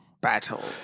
Battle